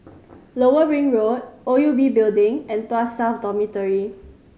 Lower Ring Road O U B Building and Tuas South Dormitory